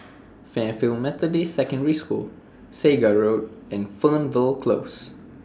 Fairfield Methodist Secondary School Segar Road and Fernvale Close